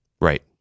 Right